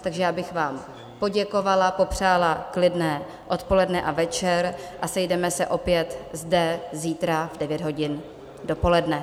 Takže já bych vám poděkovala, popřála klidné odpoledne a večer a sejdeme se opět zde zítra v 9 hodin dopoledne.